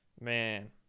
Man